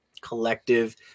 collective